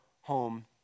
home